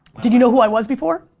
did you know who i was before?